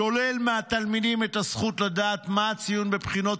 שולל מהתלמידים את הזכות לדעת מה הציון בבחינות